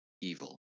evil